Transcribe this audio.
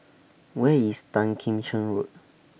Where IS Tan Kim Cheng Road